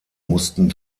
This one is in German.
mussten